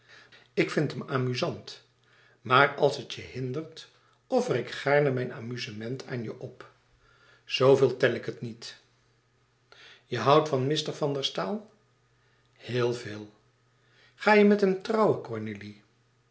ik vind hem amuzant maar als het je hindert offer ik gaarne mijn amuzement aan je op zooveel tel ik het niet je houdt van mr van der staal heel veel ga je met hem trouwen